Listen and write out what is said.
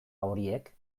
horiek